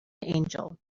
angel